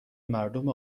مردم